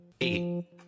Eight